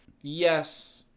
yes